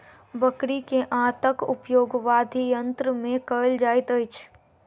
बकरी के आंतक उपयोग वाद्ययंत्र मे कयल जाइत अछि